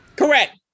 Correct